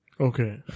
Okay